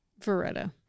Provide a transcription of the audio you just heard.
Veretta